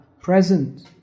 present